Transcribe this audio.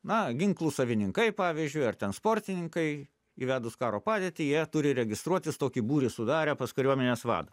na ginklų savininkai pavyzdžiui ar ten sportininkai įvedus karo padėtį jie turi registruotis tokį būrį sudarę pas kariuomenės vadą